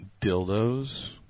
Dildos